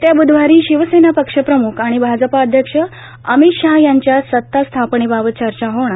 वेत्या बुधवारी शिवसेना पक्षप्रमुख आणि भाजपा अध्यक्ष अभित शहा यांच्यात सत्तास्थापनेबाबत चर्चा होणार